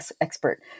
expert